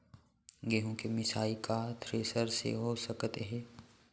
गेहूँ के मिसाई का थ्रेसर से हो सकत हे?